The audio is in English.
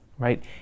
Right